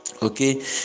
okay